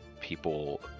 people